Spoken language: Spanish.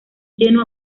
lleno